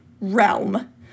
realm